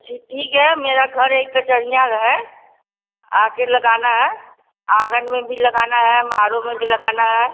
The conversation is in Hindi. जी ठीक है मेरा घर यही कचरियाँ है है आके लगाना है आँगन में भी लगाना है मारों में भी लगाना है